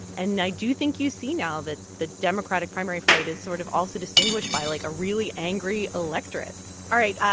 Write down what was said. and i do think you see now that the democratic primary fight is sort of also distinguished by, like, a really angry electorate all right.